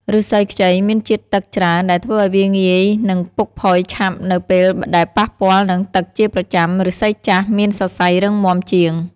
ឫស្សីខ្ចីមានជាតិទឹកច្រើនដែលធ្វើឲ្យវាងាយនឹងពុកផុយឆាប់នៅពេលដែលប៉ះពាល់នឹងទឹកជាប្រចាំ ឫស្សីចាស់មានសរសៃរឹងមាំជាង។